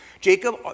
Jacob